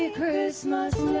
christmas